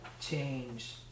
change